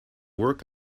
work